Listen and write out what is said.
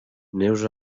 neus